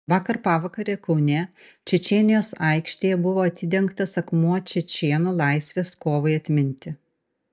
vakar pavakare kaune čečėnijos aikštėje buvo atidengtas akmuo čečėnų laisvės kovai atminti